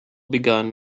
begun